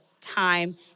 time